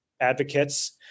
advocates